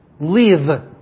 live